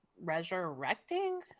resurrecting